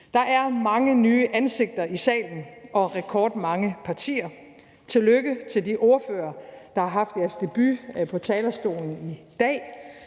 Der er mange nye ansigter i salen og rekordmange partier. Tillykke til de ordførere, der har haft deres debut på talerstolen i dag.